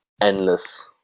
endless